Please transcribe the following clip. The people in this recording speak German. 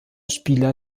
spieler